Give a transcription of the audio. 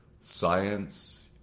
science